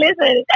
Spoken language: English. Listen